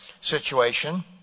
situation